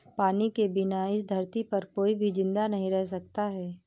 पानी के बिना इस धरती पर कोई भी जिंदा नहीं रह सकता है